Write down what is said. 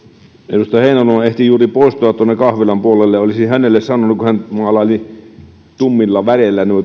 edustaja heinäluoma ehti juuri poistua tuonne kahvilan puolelle olisin hänelle sanonut kun hän maalaili tummilla väreillä